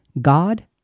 God